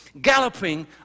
galloping